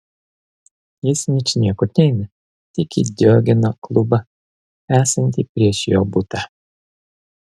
jis ničniekur neina tik į diogeno klubą esantį prieš jo butą